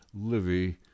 livy